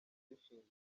rishinzwe